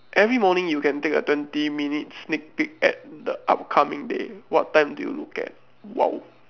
every morning you can take a twenty minutes sneak peak at the upcoming day what time do you look at !wow!